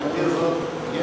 או איך שנגדיר זאת?